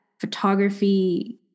photography